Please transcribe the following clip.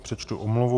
Přečtu omluvu.